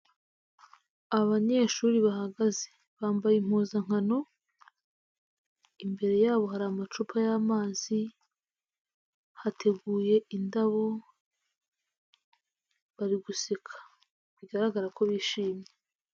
Abanyeshuri bahagaze bambaye impuzankano, imbere yabo hari amacupa y'amazi, hateguye indabo bari guseka bigaragara ko bishimye.